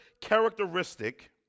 characteristic